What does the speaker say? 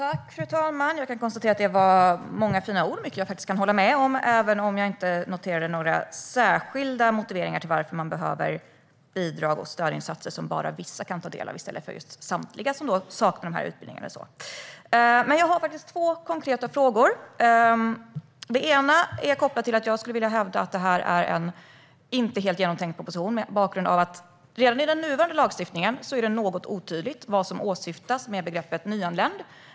Fru talman! Jag kan konstatera att det var många fina ord. Det var mycket jag faktiskt kan hålla med om, även om jag inte noterade några särskilda motiveringar till att man behöver bidrag och stödinsatser som bara vissa kan ta del av i stället för samtliga som saknar dessa utbildningar. Jag har två konkreta frågor. Den ena är kopplad till att jag skulle vilja hävda att detta är en inte helt genomtänkt proposition, mot bakgrund av att det redan i den nuvarande lagstiftningen är något otydligt vad som åsyftas med begreppet "nyanländ".